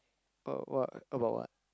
what what talk about what